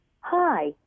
hi